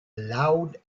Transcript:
loud